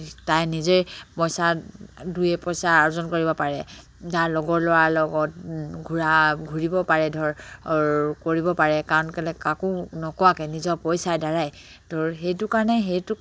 তাই নিজে পইচা দুই এপইচা অৰ্জন কৰিব পাৰে যাৰ লগৰ ল'ৰাৰ লগত ঘূৰা ঘূৰিব পাৰে ধৰ কৰিব পাৰে কাৰণ কেলে কাকো নোকোৱাকে নিজৰ পইচা দ্বাৰাই ধৰ সেইটো কাৰণে সেইটো